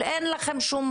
אין לכם שום